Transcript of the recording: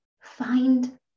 find